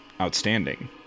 outstanding